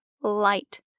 light